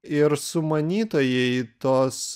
ir sumanytojai tos